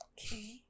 Okay